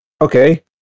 okay